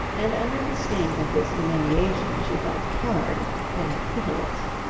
and under the sting of this humiliation she felt hard and pitiless.